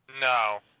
No